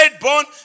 born